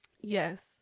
Yes